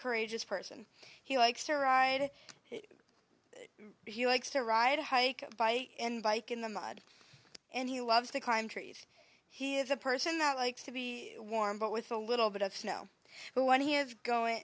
courageous person he likes to ride it that he likes to ride hike by bike in the mud and he loves to climb trees he is a person that likes to be warm but with a little bit of snow but when he is going